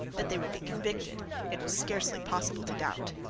that they would be convicted it was scarcely possible to doubt.